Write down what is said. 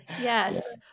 Yes